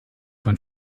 von